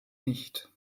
nicht